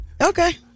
Okay